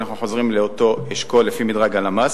אנחנו חוזרים לאותם אשכולות לפי מדרג הלמ"ס.